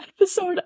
Episode